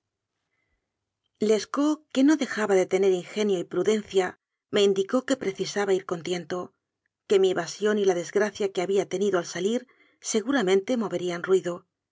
lescaut que no dejaba de tener ingenio y pru dencia me indicó que precisaba ir con tiento que mi evasión y la desgracia que había tenido al sa lir seguramente moverían ruido